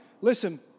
Listen